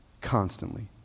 constantly